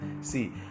see